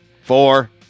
four